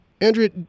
Andrea